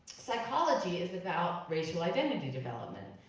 psychology is about racial identity development.